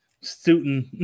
student